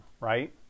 right